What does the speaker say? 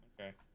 Okay